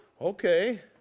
Okay